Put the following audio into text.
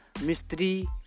mystery